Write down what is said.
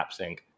AppSync